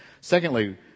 Secondly